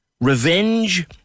Revenge